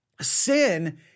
Sin